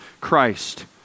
Christ